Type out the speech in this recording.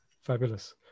Fabulous